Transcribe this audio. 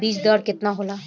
बीज दर केतना होला?